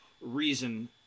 reason